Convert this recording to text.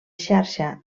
xarxa